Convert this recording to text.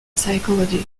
psychology